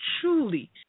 truly